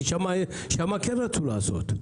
כי שם כן רצו לעשות.